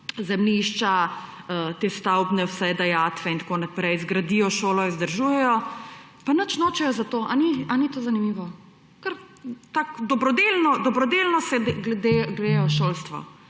zemljišča, v vse te stavbne dajatve in tako naprej, zgradijo šolo, jo vzdržujejo, pa nič nočejo za to. A ni to zanimivo? Kar tako dobrodelno se gredo šolstvo,